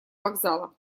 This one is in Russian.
вокзала